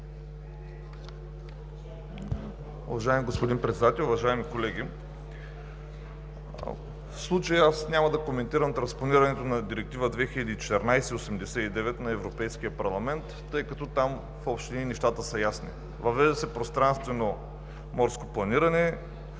въвежда се пространствено морско планиране,